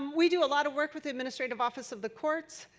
um we do a lot of work with the administrative officer of the courts.